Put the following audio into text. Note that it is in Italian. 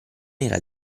era